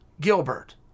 Gilbert